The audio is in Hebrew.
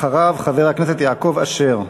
אחריו, חבר הכנסת יעקב אשר.